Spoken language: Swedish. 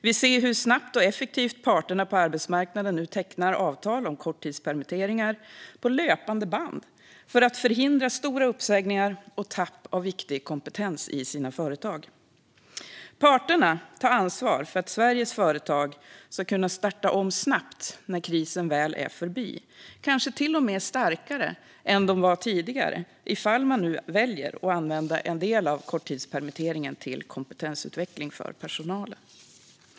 Vi ser hur snabbt och effektivt parterna på arbetsmarknaden nu tecknar avtal om korttidspermitteringar på löpande band för att förhindra stora uppsägningar och tapp av viktig kompetens i företagen. Parterna tar ansvar för att Sveriges företag ska kunna starta om snabbt när krisen väl är förbi, kanske till och med starkare än de var tidigare, ifall man nu väljer att använda en del av korttidspermitteringen till kompetensutveckling för personalen.